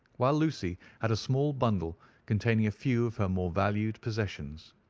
while lucy had a small bundle containing a few of her more valued possessions.